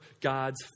God's